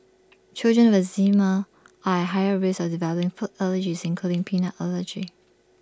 children with eczema are at higher risk of developing food allergies including peanut allergy